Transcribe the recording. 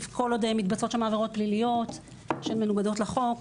כל עוד מתבצעות שם עבירות פליליות שהן מנוגדות לחוק.